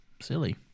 Silly